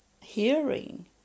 Hearing